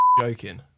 joking